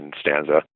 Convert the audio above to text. stanza